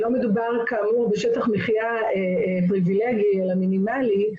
לא מדובר בשטח מחיה פריבילגי אלא מינימלי.